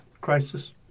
Crisis